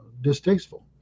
distasteful